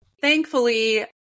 thankfully